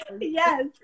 Yes